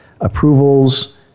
approvals